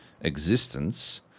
existence